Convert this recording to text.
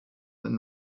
than